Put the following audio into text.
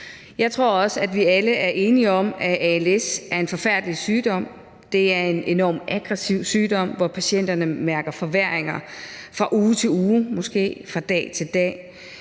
Jeg tror også, at vi alle er enige om, at als er en forfærdelig sygdom. Det er en enormt aggressiv sygdom, hvor patienterne mærker forværringer fra uge til uge, måske fra dag til dag.